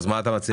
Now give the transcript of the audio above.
אז מה אתה מציע?